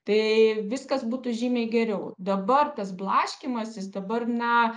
tai viskas būtų žymiai geriau dabar tas blaškymasis dabar na